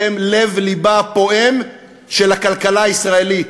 שהם לב-לבה הפועם של הכלכלה הישראלית,